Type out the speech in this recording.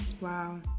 Wow